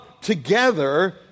together